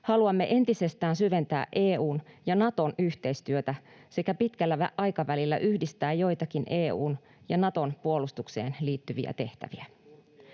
Haluamme entisestään syventää EU:n ja Naton yhteistyötä sekä pitkällä aikavälillä yhdistää joitakin EU:n ja Naton puolustukseen liittyviä tehtäviä.